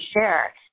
share